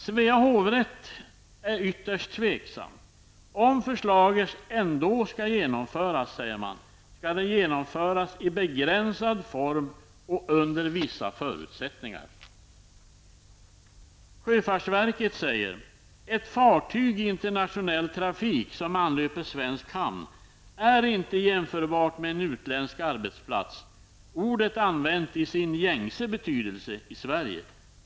Svea hovrätt är ytterst tveksam och menar att om förslaget ändå skall genomföras, skall det ske i begränsad form och under vissa förutsättningar. Sjöfartsverket skriver: ''Ett fartyg i internationell trafik, som anlöper svensk hamn, är inte jämförbart med en utländsk arbetsplats, ordet använt i sin gängse betydelse, i Sverige.